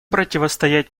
противостоять